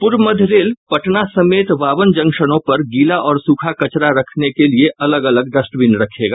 पूर्व मध्य रेल पटना समेत बावन जंक्शनों पर गीला और सूखा कचरा रखने के लिए अलग अलग डस्टबिन रखेगा